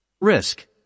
Risk